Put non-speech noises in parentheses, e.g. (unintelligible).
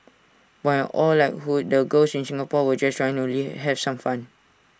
while all likelihood the girls in Singapore were just trying to (unintelligible) have some fun